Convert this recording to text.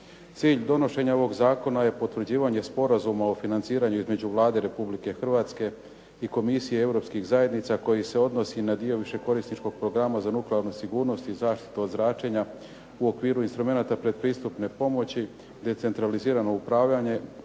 Cilj donošenja ovog zakona je Potvrđivanje sporazuma o financiranju između Vlade Republike i Komisije Europskih zajednica koji se odnosi na dio višekorisničkog programa za nuklearnu sigurnost i zaštitu od zračenja u okviru instrumenata pretpristupne pomoći za 2008. godinu (decentralizirano upravljanje)